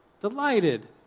delighted